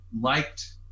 liked